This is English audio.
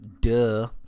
duh